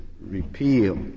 repeal